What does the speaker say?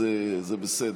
אז זה בסדר.